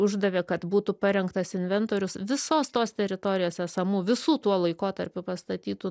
uždavė kad būtų parengtas inventorius visos tos teritorijos esamų visų tuo laikotarpiu pastatytų